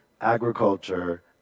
agriculture